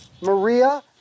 Maria